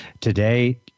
today